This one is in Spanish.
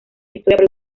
victoria